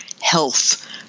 health